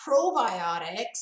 probiotics